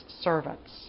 servants